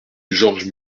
georges